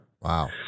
Wow